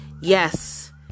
Yes